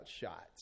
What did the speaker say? shots